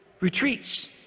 Retreats